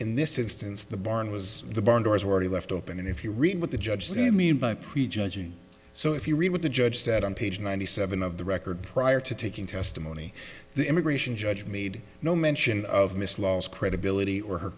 in this instance the barn was the barn doors already left open and if you read what the judge said mean by prejudging so if you read what the judge said on page ninety seven of the record prior to taking testimony the immigration judge made no mention of miss law's credibility or her